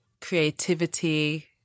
creativity